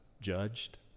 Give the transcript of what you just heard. judged